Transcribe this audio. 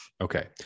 Okay